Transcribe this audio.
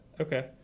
Okay